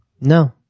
No